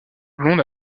blonde